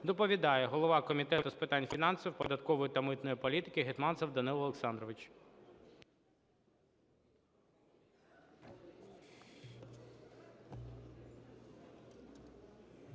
Доповідає голова Комітету з питань фінансів, податкової та митної політики Гетманцев Данило Олександрович.